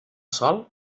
sol